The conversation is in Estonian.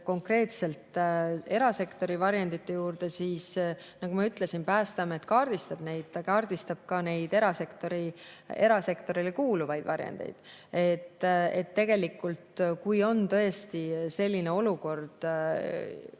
konkreetselt erasektori varjendite juurde. Nagu ma ütlesin, Päästeamet kaardistab neid, ta kaardistab ka erasektorile kuuluvaid varjendeid. Tegelikult, kui on tõesti selline olukord,